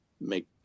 make